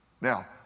Now